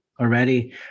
already